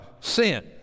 sin